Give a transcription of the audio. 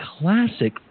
classic